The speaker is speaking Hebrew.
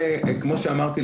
כמו שאמרתי,